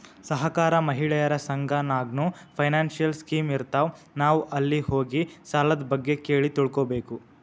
ಸಹಕಾರ, ಮಹಿಳೆಯರ ಸಂಘ ನಾಗ್ನೂ ಫೈನಾನ್ಸಿಯಲ್ ಸ್ಕೀಮ್ ಇರ್ತಾವ್, ನಾವ್ ಅಲ್ಲಿ ಹೋಗಿ ಸಾಲದ್ ಬಗ್ಗೆ ಕೇಳಿ ತಿಳ್ಕೋಬೇಕು